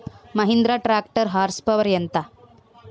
Mahindra tractor horse power ఎంత?